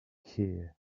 here